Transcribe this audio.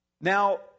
now